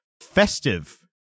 festive